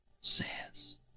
says